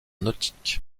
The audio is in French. nautiques